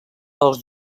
els